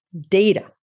data